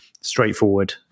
straightforward